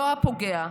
לא הפוגע,